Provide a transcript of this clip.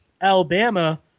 alabama